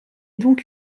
donc